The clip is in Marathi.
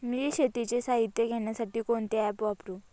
मी शेतीचे साहित्य घेण्यासाठी कोणते ॲप वापरु?